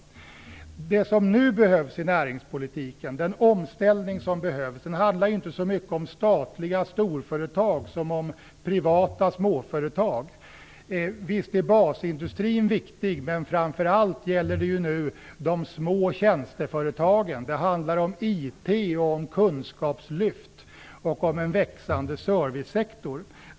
Den omställning som nu behövs i näringspolitiken handlar inte så mycket om statliga storföretag som om privata småföretag. Visst är basindustrin viktig, men framför allt gäller det nu de små tjänsteföretagen. Det handlar om informationsteknik, om kunskapslyft och om en växande servicesektor.